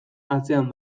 atzean